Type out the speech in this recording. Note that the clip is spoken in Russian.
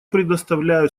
предоставляю